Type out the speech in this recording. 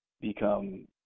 become